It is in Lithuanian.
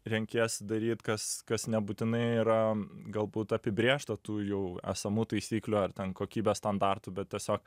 renkiesi daryt kas kas nebūtinai yra galbūt apibrėžta tų jau esamų taisyklių ar ten kokybės standartų bet tiesiog